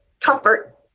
comfort